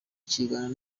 kiganiro